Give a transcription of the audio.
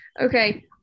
Okay